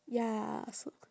ya so